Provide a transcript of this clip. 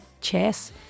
chess